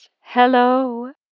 hello